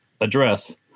address